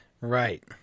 Right